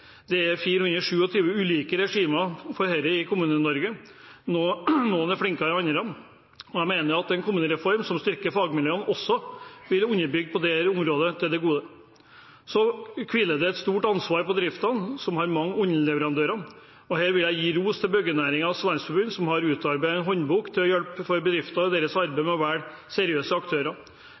Det er 427 ulike regimer for dette i Kommune-Norge, og noen er flinkere enn andre. Jeg mener en kommunereform som styrker fagmiljøene, også vil komme dette området til det gode. Så hviler det et stort ansvar på bedriftene, som har mange underleverandører. Her vil jeg gi ros til Byggenæringens Landsforening, som har utarbeidet en håndbok til hjelp for bedrifter i deres arbeid med å velge seriøse aktører.